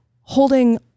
holding